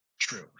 true